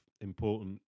important